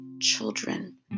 children